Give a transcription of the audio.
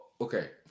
okay